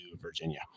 Virginia